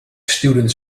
students